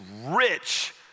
rich